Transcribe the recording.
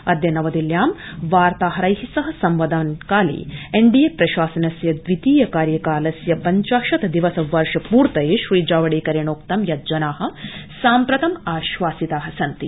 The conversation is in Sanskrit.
अदय नवदिल्ल्यां वार्ताहरैस्सह सम्वदन प्रकाले एनडीए प्रशासनस्य द्वितीय कार्यकालस्य पंचाशत प्रदिवस पूर्त्यवसरे श्री जावडेकरेणोक्तं यत ाजना साम्प्रतम ाआश्वासिता सन्ति